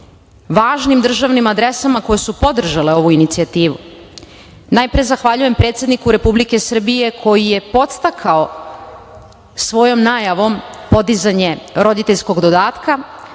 važim državnim adresama koje su podržale ovu inicijativu. Najpre zahvaljujem predsedniku Republike Srbije koji je podstakao svojom najavom podizanje roditeljskog dodatka,